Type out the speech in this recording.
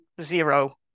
zero